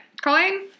Colleen